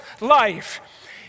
life